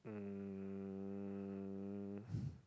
um